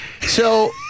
So-